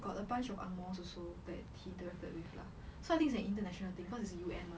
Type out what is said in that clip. got a bunch of ang moh also that he directed with lah os I think it's an international thing cause it's U_N mah